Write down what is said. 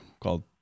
called